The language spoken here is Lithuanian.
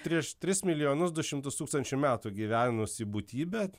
prieš tris milijonus du šimtus tūkstančių metų gyvenusi būtybė